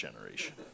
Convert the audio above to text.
generation